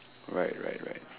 right right right